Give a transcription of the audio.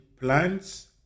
plants